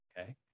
okay